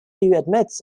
admits